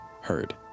Heard